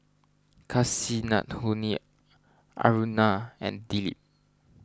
Kasinadhuni Aruna and Dilip